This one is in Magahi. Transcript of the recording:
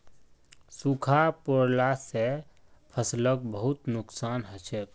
सूखा पोरला से फसलक बहुत नुक्सान हछेक